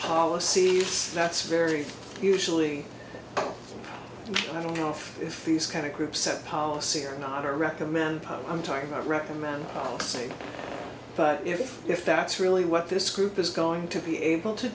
policy that's very usually i don't know if these kind of groups set policy or not to recommend i'm talking about recommending the same but if if that's really what this group is going to be able to